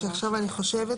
האמת שעכשיו אני חושבת